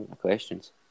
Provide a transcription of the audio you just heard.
questions